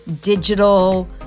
digital